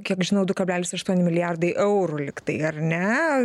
kiek žinau du kablelis aštuoni milijardai eurų lyg tai ar ne